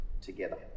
together